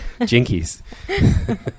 jinkies